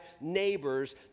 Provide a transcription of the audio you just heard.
neighbors